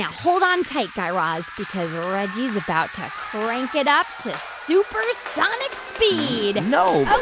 hold on tight, guy raz, because reggie's about to crank it up to supersonic speed no